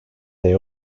they